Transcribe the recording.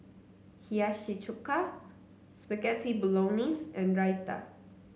Hiyashi Chuka Spaghetti Bolognese and Raita